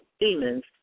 demons